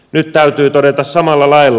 nyt täytyy todeta samalla lailla